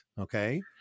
Okay